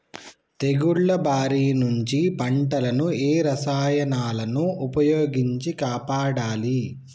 తెగుళ్ల బారి నుంచి పంటలను ఏ రసాయనాలను ఉపయోగించి కాపాడాలి?